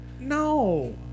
No